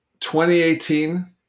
2018